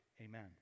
Amen